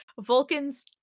Vulcans